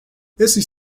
estes